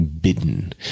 bidden